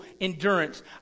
endurance